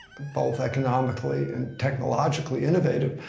both economically and technologically innovative,